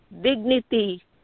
dignity